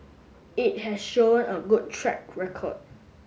it has shown a good track record